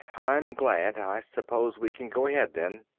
i'm glad. i suppose we can go ahead, then.